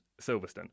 Silverstone